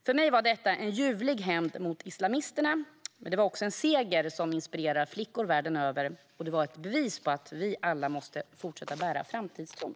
För mig var detta en ljuvlig hämnd mot islamisterna men också en seger som inspirerar flickor världen över och ett bevis på att vi alla måste fortsätta bära framtidstron.